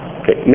okay